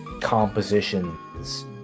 compositions